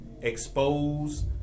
Expose